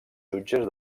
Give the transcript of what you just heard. jutges